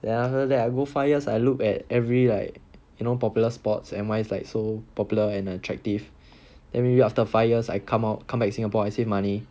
then after that I go five years I look at every like you know popular spots everyone is like so popular and attractive then maybe after five years I come out come back singapore I save money